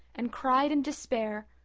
and cried in despair,